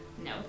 No